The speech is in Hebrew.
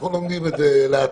אנחנו לומדים את זה לאט-לאט.